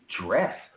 dress